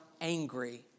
angry